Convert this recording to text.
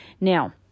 Now